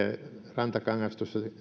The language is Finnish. rantakangas tuossa